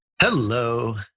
Hello